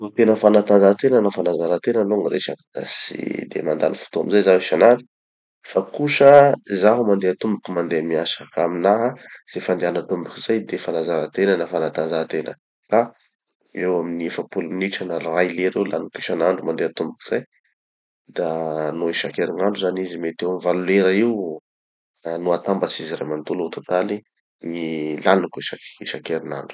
No tena fanatanjahatena na fanazaratena aloha gny resaky da tsy de mandany fotoa amizay zaho isanandro. Fa kosa, zaho mandeha tomboky mandeha miasa. Aminaha, ze fandehana tomboky zay de fanazaratena na fanatanjahatena. Ka eo amin'ny efa-polo minitra na ray lera eo laniko isanandro mandeha tomboky zay. Da no isakerinandro zany izy mety eo amin'ny valo lera eo, no atambatsy izy ray manontolo au total gny laniko isankerinandro.